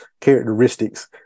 characteristics